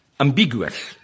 ambiguous